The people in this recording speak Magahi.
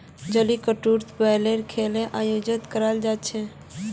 जलीकट्टूत बैलेर खेल आयोजित कराल जा छेक